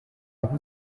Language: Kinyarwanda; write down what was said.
aho